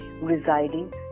residing